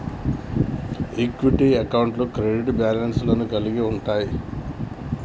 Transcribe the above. equity అకౌంట్లు credit balance లను కలిగి ఉంటయ్